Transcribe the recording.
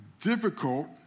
difficult